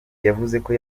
yavuzeko